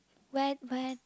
where where